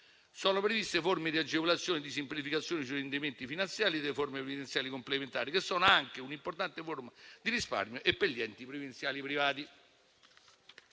Sono previste forme di agevolazione e semplificazione sui rendimenti finanziari delle forme previdenziali complementari, che sono anche un importante forma di risparmio e per gli enti previdenziali privati.